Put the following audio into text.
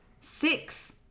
Six